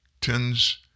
tens